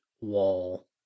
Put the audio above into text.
wall